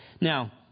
Now